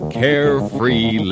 carefree